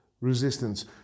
resistance